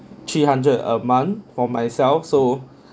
three hundred a month for myself so